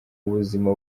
buzima